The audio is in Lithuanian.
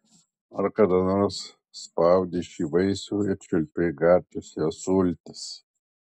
ar kada nors spaudei šį vaisių ir čiulpei gardžias jo sultis